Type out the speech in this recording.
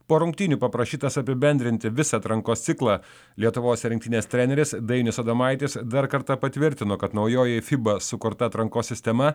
po rungtynių paprašytas apibendrinti visą atrankos ciklą lietuvos rinktinės treneris dainius adomaitis dar kartą patvirtino kad naujoji fiba sukurta atrankos sistema